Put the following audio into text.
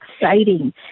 exciting